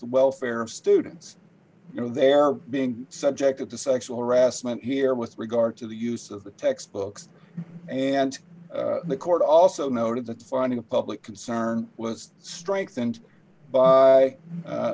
the welfare of students you know they're being subjected to sexual harassment here with regard to the use of textbooks and the court also noted that finding a public concern was strengthened by